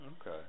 Okay